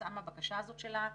שכתוצאה מהבקשה הזאת שלה,